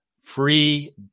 free